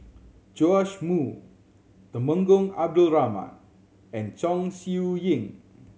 Joash Moo Temenggong Abdul Rahman and Chong Siew Ying